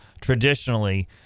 traditionally